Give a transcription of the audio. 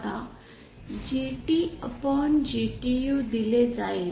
आता GTGTU असे दिले जाईल